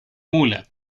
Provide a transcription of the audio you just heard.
mula